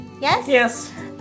Yes